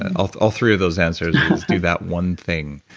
and ah all three of those answers is do that one thing,